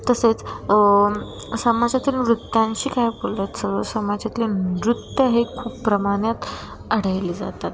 तसेच समाजातील नृत्यांशी काय बोलायचं समाजातले नृत्य हे खूप प्रमाणात आढळले जातात